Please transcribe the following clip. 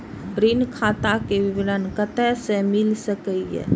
ऋण खाता के विवरण कते से मिल सकै ये?